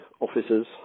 officers